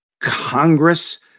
Congress